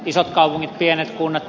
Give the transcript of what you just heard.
isot kaupungit pienet kunnat